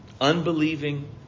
Unbelieving